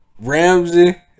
Ramsey